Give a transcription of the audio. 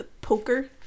poker